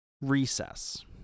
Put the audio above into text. Recess